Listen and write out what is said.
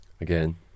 Again